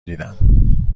دیدم